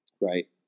Right